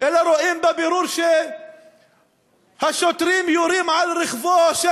אלא רואים בבירור שהשוטרים יורים על רכבו של